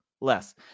less